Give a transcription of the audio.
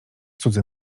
cudzy